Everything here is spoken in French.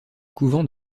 couvent